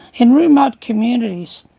in remote communities,